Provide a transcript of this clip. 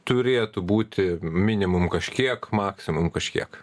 turėtų būti minimum kažkiek maksimum kažkiek